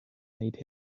made